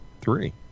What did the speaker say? Three